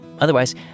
Otherwise